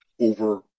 over